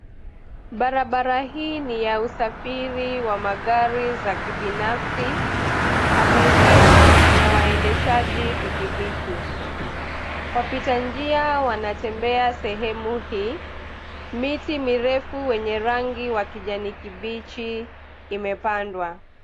Barabara hii ni ya usafiri wa magari za kibinafsi, abiria na waendeshaji pikipiki. Wapitanjia wanatembea sehemu hii, miti mirefu wenye rangi wa kijani kibichi imepandwa.